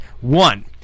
One